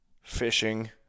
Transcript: fishing